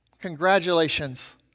Congratulations